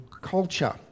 culture